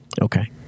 Okay